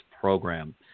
program